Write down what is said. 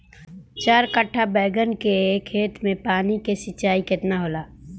चार कट्ठा बैंगन के खेत में पानी के सिंचाई केतना होला?